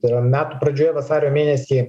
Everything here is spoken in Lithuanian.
tai yra metų pradžioje vasario mėnesį